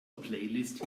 playlist